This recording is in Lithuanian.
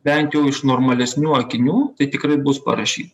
bent jau iš normalesnių akinių tai tikrai bus parašyta